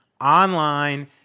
online